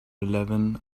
eleven